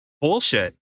bullshit